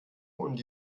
und